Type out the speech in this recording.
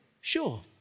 sure